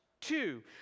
Two